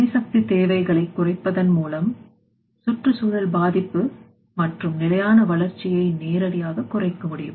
எரிசக்தி தேவைகளை குறைப்பதன் மூலம் சுற்றுச்சூழல் பாதிப்பு மற்றும் நிலையான வளர்ச்சியை நேரடியாக குறைக்க முடியும்